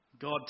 God